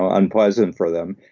ah unpleasant for them.